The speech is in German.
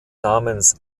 namens